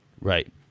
Right